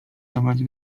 dawać